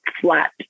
flat